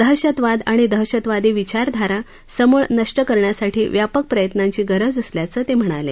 दहशतवाद आणि दहशतवादी विचारधारा समुळ नष्ट करण्यासाठी व्यापक प्रयत्नांची गरज असल्याचं ते म्हणाले